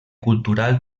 cultural